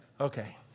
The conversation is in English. Okay